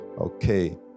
Okay